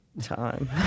time